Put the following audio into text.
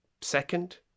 second